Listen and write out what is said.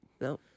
No